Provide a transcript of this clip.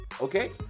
Okay